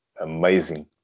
amazing